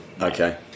okay